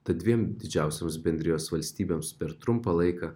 tad dviem didžiausioms bendrijos valstybėms per trumpą laiką